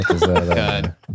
God